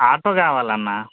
auto కావాలన్న